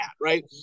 Right